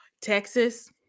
Texas